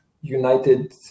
United